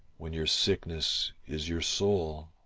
when your sickness is your soul.